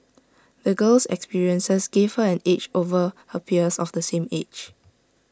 the girl's experiences gave her an edge over her peers of the same age